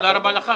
תודה רבה לך.